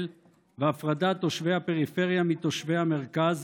והפרדת תושבי הפריפריה מתושבי המרכז